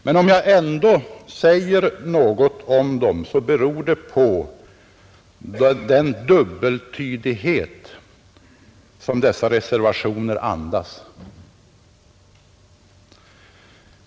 Men om jag ändå säger något om dem, så beror det på den dubbeltydighet som dessa reservationer andas.